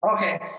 Okay